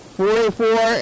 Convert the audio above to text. forty-four